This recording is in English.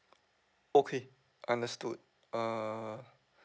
okay understood err